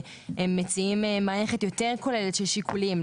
שמציעים מערכת יותר כוללת של שיקולים,